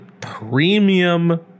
premium